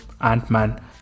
Ant-Man